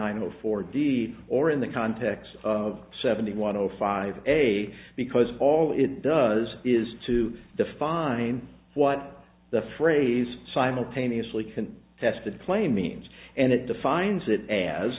zero four d d or in the context of seventy one zero five a because all it does is to define what the phrase simultaneously can tested claim means and it defines it as